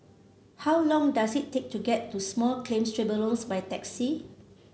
how long does it take to get to Small Claims Tribunals by taxi